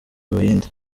buhinde